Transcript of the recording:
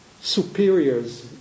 superiors